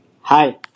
Hi